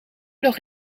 nog